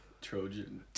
Trojan